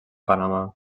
panamà